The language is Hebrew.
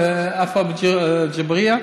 עפו אגבאריה